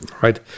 right